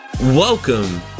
Welcome